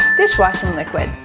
dish washing liquid,